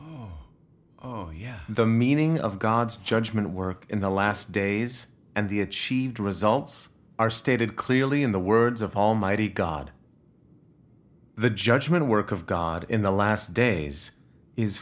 life yeah the meaning of god's judgment work in the last days and the achieved results are stated clearly in the words of almighty god the judgment work of god in the last days is